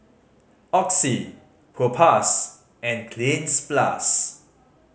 Oxy Propass and Cleanz Plus